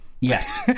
Yes